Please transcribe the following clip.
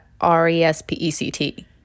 r-e-s-p-e-c-t